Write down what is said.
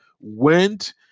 went